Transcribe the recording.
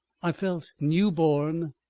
i felt new born,